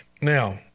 Now